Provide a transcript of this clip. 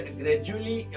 gradually